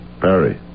Perry